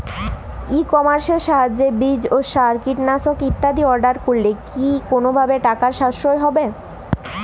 ই কমার্সের সাহায্যে বীজ সার ও কীটনাশক ইত্যাদি অর্ডার করলে কি কোনোভাবে টাকার সাশ্রয় হবে?